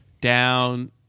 down